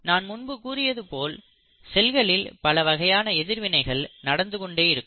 நான் முன்பு கூறியது போல் செல்களில் பலவகையான எதிர்வினைகள் நடந்து கொண்டே இருக்கும்